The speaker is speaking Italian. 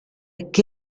che